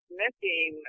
missing